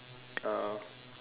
uh